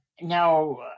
Now